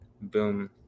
boom